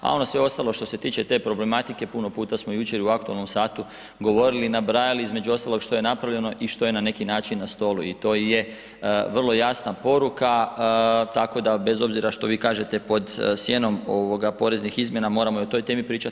A ono sve ostalo što se tiče te problematike, puno puta smo jučer i u aktualnom satu govorili i nabrajali između ostalog što je napravljeno i što je na neki način na stolu i to je vrlo jasna poruka, tako da bez obzira što vi kažete pod sjenom poreznih izmjena moramo i o toj temi pričati.